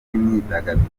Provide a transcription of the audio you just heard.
b’imyidagaduro